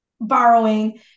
borrowing